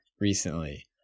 recently